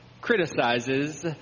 criticizes